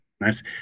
nice